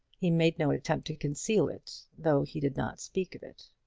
he made no attempt to conceal it, though he did not speak of it.